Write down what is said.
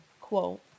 quote